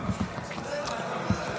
לוותר.